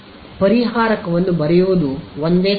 ಪರಿಹಾರಕವನ್ನು ಬರೆಯುವುದು ಒಂದೇ ಸವಾಲು